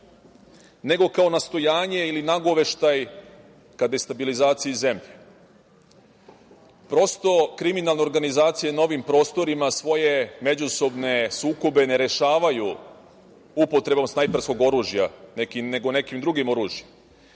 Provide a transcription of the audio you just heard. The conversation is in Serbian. nego kao nastojanje ili nagoveštaj ka destabilizaciji zemlje. Prosto, kriminalna organizacija je na ovim prostorima svoje međusobne sukobe ne rešavaju upotrebom snajperskim oružjima, nego nekim drugim oružjem.